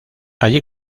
allí